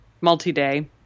multi-day